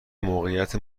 موقعیت